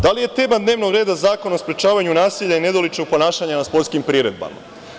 Da li je tema dnevnog reda Zakon o sprečavanju nasilja i nedoličnog ponašanja na sportskim priredbama?